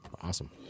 awesome